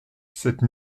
cette